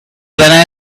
than